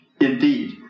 Indeed